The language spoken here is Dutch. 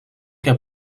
heb